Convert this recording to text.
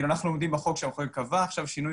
אנחנו עומדים בחוק שהמחוקק קבע ועכשיו שינוי